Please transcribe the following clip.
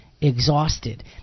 exhausted